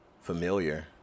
familiar